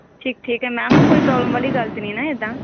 ਠੀਕ ਠੀਕ ਹੈ ਮੈਮ ਕੋਈ ਪ੍ਰੋਬਲਮ ਵਾਲੀ ਗੱਲ ਤੇ ਨਹੀਂ ਨਾ ਇੱਦਾਂ